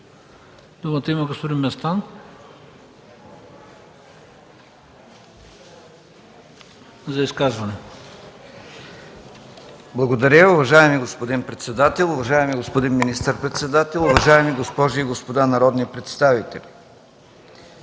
думата господин Местан за изказване. ЛЮТВИ МЕСТАН (ДПС): Благодаря. Уважаеми господин председател, уважаеми господин министър-председател, уважаеми госпожи и господа народни представители!